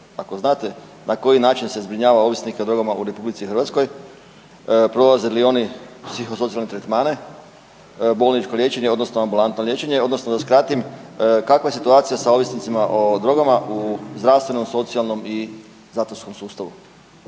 ako znate na koji način se zbrinjava ovisnika o drogama u RH, prolaze li oni psihosocijalne tretmane, bolničko liječenje odnosno ambulantno liječenje odnosno da skratim kakva je situacija sa ovisnicima o drogama u zdravstvenom, socijalnom i zatvorskom sustavu?